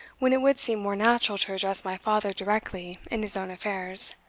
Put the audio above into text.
when it would seem more natural to address my father directly in his own affairs.